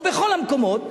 או בכל המקומות,